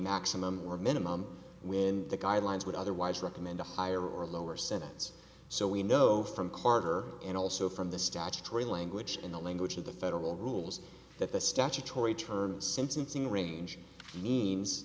maximum or minimum when the guidelines would otherwise recommend a higher or lower sentence so we know from carter and also from the statutory language in the language of the federal rules that the statutory term sentencing range means